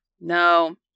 No